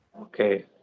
Okay